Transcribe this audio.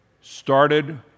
Started